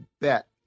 bet